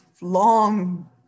long